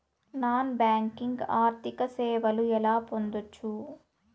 Non banking ఆర్థిక సేవలు ఎలా పొందొచ్చు?